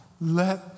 let